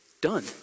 Done